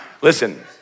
listen